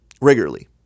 regularly